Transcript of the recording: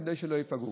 כדי שלא ייפגעו.